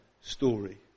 story